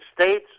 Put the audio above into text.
States